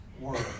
word